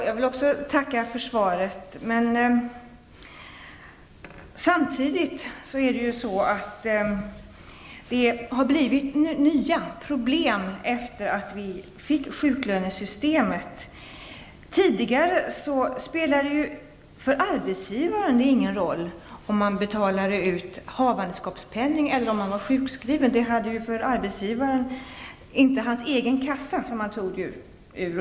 Fru talman! Också jag vill tacka för svaret. Det har skapats nya problem i och med införandet av sjuklönesystemet. Tidigare spelade det för arbetsgivaren ingen roll om kvinnan fick havandeskapspenning eller var sjukskriven. Arbetsgivaren tog inte pengarna ur egen kassa.